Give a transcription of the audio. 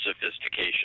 sophistication